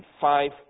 five